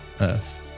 Earth